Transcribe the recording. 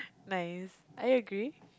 nice I agree